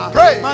Pray